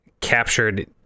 captured